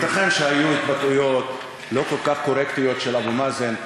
ייתכן שהיו התבטאויות לא כל כך קורקטיות של אבו מאזן,